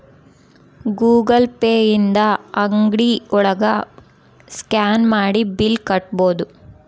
Google Pay ಇಂದ ಅಂಗ್ಡಿ ಒಳಗ ಸ್ಕ್ಯಾನ್ ಮಾಡಿ ಬಿಲ್ ಕಟ್ಬೋದು